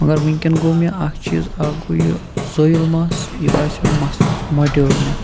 مگر وٕنکٮ۪ن گوٚو مےٚ اَکھ چیٖز اَکھ گوٚو یہِ زٲیِل مَس یہِ باسیو مےٚ مَس موٹیو مےٚ